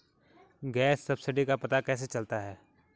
Gas subsidy का पता कैसे चलता है?